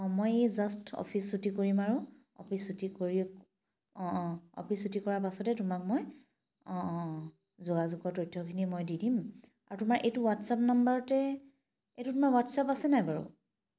অঁ মই এই জাষ্ট অফিচ ছুটী কৰিম আৰু অফিচ ছুটী কৰিয়ে অঁ অঁ অফিচ ছুটী কৰাৰ পাছতেই তোমাক মই অঁ অঁ যোগাযোগৰ তথ্যখিনি মই দি দিম আৰু তোমাৰ এইটো হোৱাটছাপ নম্বৰতে এইটোত তোমাৰ হোৱাটছাপ আছেনে নাই বাৰু